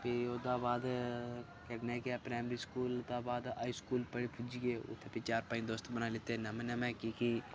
ते ओह्दे गै बाद प्राईमरी स्कूल दा बाद हाई स्कूल पुज्जियै ओह्दा बाद भी त्रैऽ चार नमें नमें बनाई लैते भी